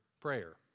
prayer